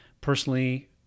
personally